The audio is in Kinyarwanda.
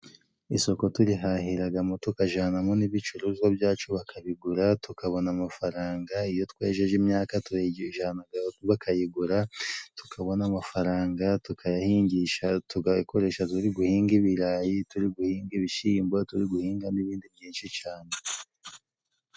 Isoko turihahiragamo tukajanamo n'ibicuruzwa byacu bakabigura, tukabona amafaranga. Iyo twejeje imyaka tuyigijanamo bakayigura tukabona amafaranga, tukayahingisha tukayakoresha turi guhinga ibirayi, turi guhinga ibishimbo, turi guhinga n'ibindi byinshi cane.